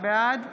בעד